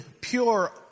pure